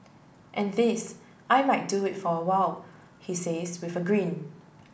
and this I might do for a while he says with a grin